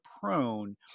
prone